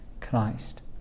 Christ